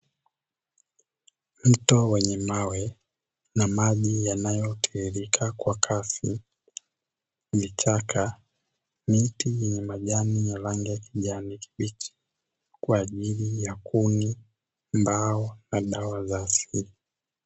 Mto wenye mawe na maji yanayotiririka kwa kasi vichaka mwenye majani ya rangi ya kijani kibichi kwa ajili ya kuni, mbao na dawa za asili.